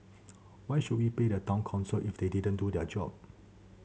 why should we pay the Town Council if they didn't do their job